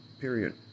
Period